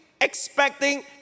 expecting